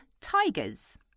Tigers